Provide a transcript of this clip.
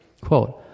quote